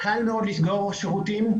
שקל מאוד לסגור שירותים,